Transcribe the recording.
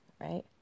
right